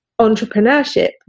entrepreneurship